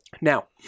Now